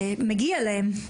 זה מגיע להם.